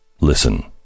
Listen